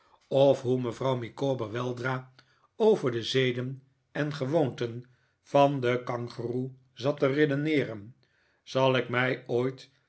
of hoe mevrouw micawber weldra over de zeden en gewoonten van den kangeroe zat te redeneeren zal ik mij ooit